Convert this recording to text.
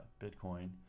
Bitcoin